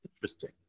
interesting